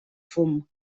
fum